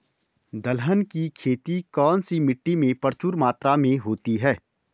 दलहन की खेती कौन सी मिट्टी में प्रचुर मात्रा में होती है?